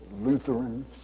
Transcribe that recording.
Lutherans